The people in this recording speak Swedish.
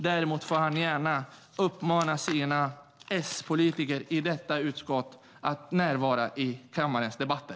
Däremot får han gärna uppmana sina S-politiker i detta utskott att närvara vid kammarens debatter.